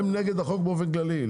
הם נגד החוק באופן כללי.